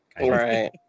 Right